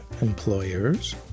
employers